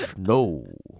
No